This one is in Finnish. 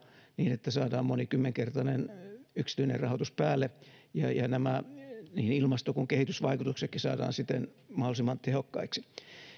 niin että saadaan monikymmenkertainen yksityinen rahoitus päälle ja ja nämä niin ilmasto kuin kehitysvaikutuksetkin saadaan siten mahdollisimman tehokkaiksi